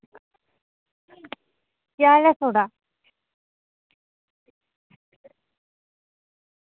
केह् हाल ऐ थुआढ़ा